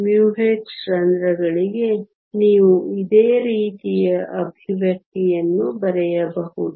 μh ರಂಧ್ರಗಳಿಗೆ ನೀವು ಇದೇ ರೀತಿಯ ಎಕ್ಸ್ಪ್ರೆಶನ್ ಯನ್ನು ಬರೆಯಬಹುದು